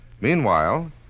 Meanwhile